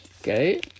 Okay